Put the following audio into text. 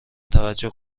توجه